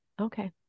Okay